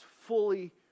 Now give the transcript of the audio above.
fully